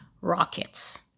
rockets